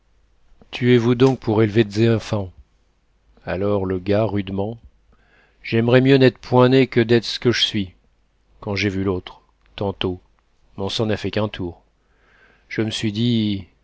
tuez vous donc pour élever d's éfants alors le gars rudement j'aimerais mieux n'être point né que d'être c'que j'suis quand j'ai vu l'autre tantôt mon sang n'a fait qu'un tour je m'suis dit